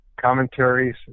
commentaries